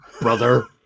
brother